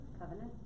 Covenant